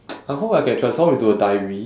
I hope I can transform into a diary